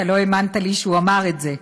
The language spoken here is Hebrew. אתה לא האמנת לי שהוא אמר את זה.